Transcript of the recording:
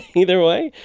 either way,